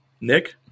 Nick